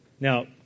Now